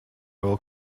will